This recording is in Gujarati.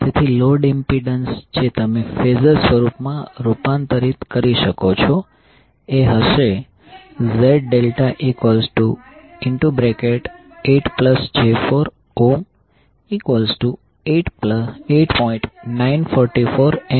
તેથી લોડ ઇમ્પિડન્સ જે તમે ફેઝર સ્વરૂપમાં રૂપાંતરિત કરી શકો છો એ હશે Z∆8j48